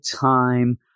time